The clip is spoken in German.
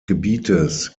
gebietes